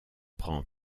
prend